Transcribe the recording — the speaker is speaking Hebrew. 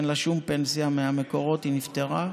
אין לה שום פנסיה ממקורות, היא נפטרה.